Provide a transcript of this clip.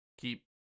keep